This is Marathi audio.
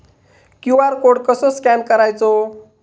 क्यू.आर कोड कसो स्कॅन करायचो?